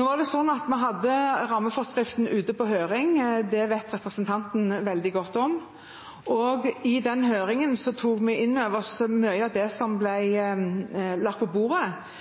Vi hadde rammeforskriften ute på høring, det vet representanten veldig godt. I den høringen tok vi inn over oss mye av det som ble lagt på bordet.